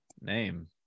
name